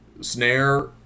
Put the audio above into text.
snare